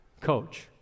coach